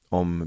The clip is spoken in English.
om